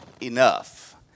enough